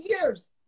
years